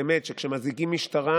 באמת, שכשמזעיקים משטרה